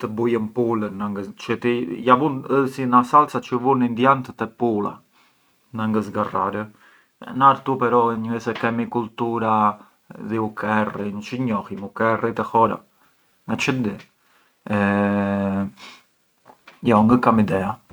pë pulën, ë si na salsa çë vunë indianët te pula nga ngë zgarrar e na këtu però ngë se kemi cultura di u curry, çë njohjëm curry te hora? Ma çë di, jo ngë kam idea.